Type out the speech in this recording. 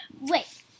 wait